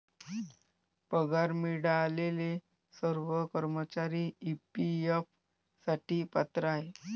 पगार मिळालेले सर्व कर्मचारी ई.पी.एफ साठी पात्र आहेत